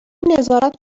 نظارت